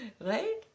Right